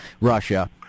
Russia